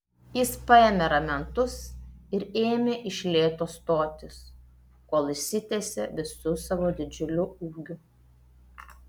jis paėmė ramentus ir ėmė iš lėto stotis kol išsitiesė visu savo didžiuliu ūgiu